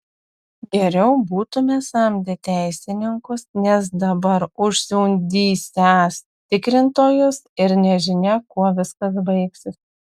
geriau būtume samdę teisininkus nes dabar užsiundysiąs tikrintojus ir nežinia kuo viskas baigsis